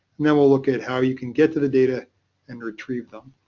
and then we'll look at how you can get to the data and retrieve them,